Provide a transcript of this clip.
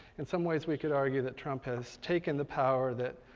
in some ways we could argue that drumpf has taken the power that